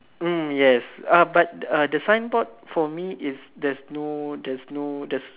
mm yes uh but uh the signboard for me is there's no there's no there's no